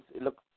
look